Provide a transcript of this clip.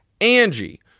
Angie